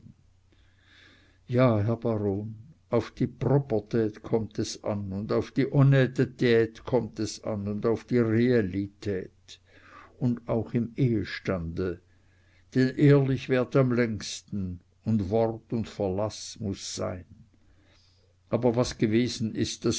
ja herr baron auf die proppertät kommt es an und auf die honettität kommt es an und auf die reellität und auch im ehestande denn ehrlich währt am längsten und wort und verlaß muß sein aber was gewesen ist